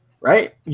right